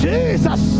Jesus